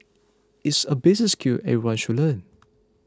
it's a basic skill everyone should learn